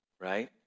right